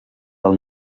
del